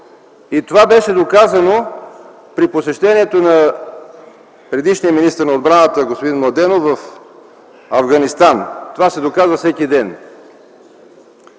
И това беше доказано при посещението на предишния министър на отбраната господин Младенов в Афганистан, това се доказва всеки ден.